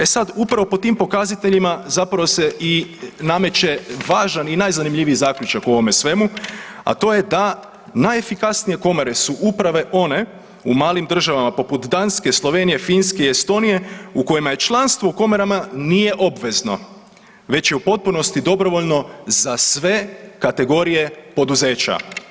E sada upravo po tim pokazateljima zapravo se i nameće važan i najzanimljiviji zaključak u ovome svemu, a to je da najefikasnije komore su upravo one u malim državama poput Danske, Slovenije, Finske i Estonije u kojima članstvo u komorama nije obvezno, već je u potpunosti dobrovoljno za sve kategorije poduzeća.